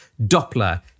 Doppler